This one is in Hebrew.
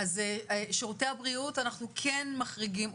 שירותי הבריאות אנחנו כן מחריגים,